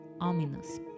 ominous